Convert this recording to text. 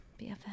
bff